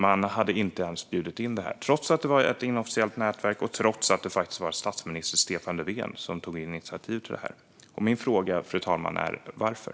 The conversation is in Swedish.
Man bjöd inte ens in Taiwan, trots att det var ett inofficiellt nätverk och trots att det faktiskt var statsminister Stefan Löfven som tog initiativ till detta. Min fråga, fru talman, är: Varför?